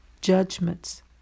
Judgments